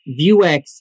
Vuex